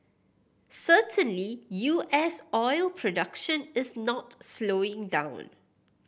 certainly U S oil production is not slowing down